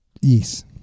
Yes